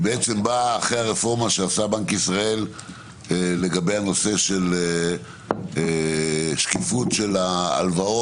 היא באה אחרי הרפורמה שעשה בנק ישראל לגבי הנושא של שקיפות של ההלוואות,